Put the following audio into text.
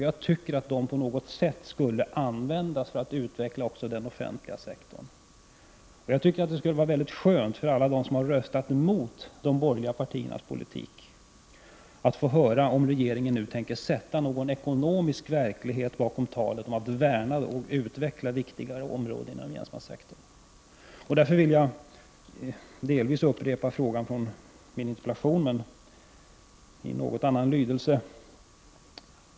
Jag tycker att dessa vinster på något sätt skall användas för att utveckla också den offentliga sektorn. Jag tror att det skulle vara mycket skönt för alla som har röstat mot de borgerliga partiernas politik om de fick höra att regeringen nu tänker sätta någon ekonomisk verklighet bakom talet om att värna och utveckla viktigare områden inom den gemensamma sektorn. Jag vill därför delvis upprepa frågan i min interpellation.